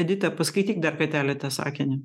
edita paskaityk dar kartelį tą sakinį